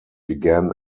began